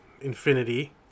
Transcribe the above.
infinity